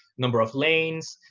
number of lanes,